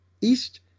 east